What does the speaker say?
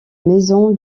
maison